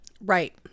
Right